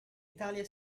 italia